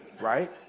Right